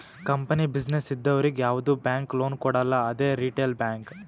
company, business ಇದ್ದವರಿಗ್ ಯಾವ್ದು bank loan ಕೊಡಲ್ಲ ಅದೇ ರಿಟೇಲ್ ಬ್ಯಾಂಕ್